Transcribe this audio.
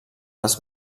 les